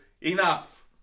Enough